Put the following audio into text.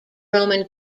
roman